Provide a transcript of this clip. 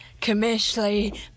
commercially